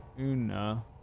Una